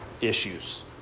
issues